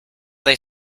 they